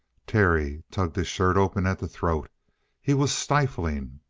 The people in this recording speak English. terry tugged his shirt open at the throat he was stifling.